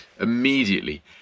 Immediately